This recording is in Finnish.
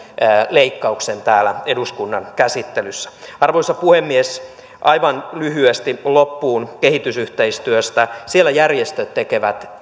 leikkauksen täällä eduskunnan käsittelyssä arvoisa puhemies aivan lyhyesti loppuun kehitysyhteistyöstä siellä järjestöt tekevät